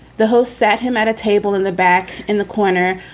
the whole sat him at a table in the back in the corner,